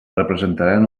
representaran